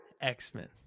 X-Men